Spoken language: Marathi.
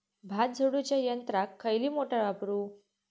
भात झोडूच्या यंत्राक खयली मोटार वापरू?